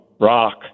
rock